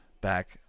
back